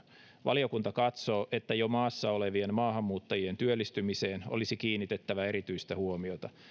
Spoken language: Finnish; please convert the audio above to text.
valiokunta katsoo että jo maassa olevien maahanmuuttajien työllistymiseen olisi kiinnitettävä erityistä huomiota